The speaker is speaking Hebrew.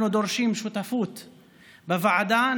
אנחנו דורשים שותפות בוועדה,